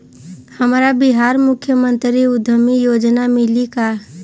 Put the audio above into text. हमरा बिहार मुख्यमंत्री उद्यमी योजना मिली का?